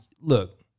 look